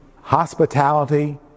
Hospitality